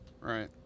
right